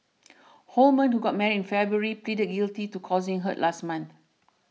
Holman who got married in February pleaded guilty to causing hurt last month